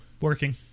Working